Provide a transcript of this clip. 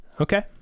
Okay